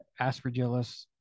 aspergillus